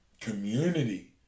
community